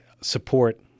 support